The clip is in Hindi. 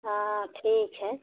हाँ ठीक है